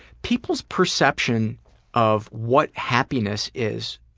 people's perception of what happiness is,